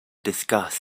discuss